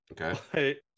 okay